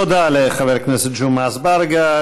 תודה לחבר הכנסת ג'מעה אזברגה.